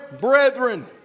brethren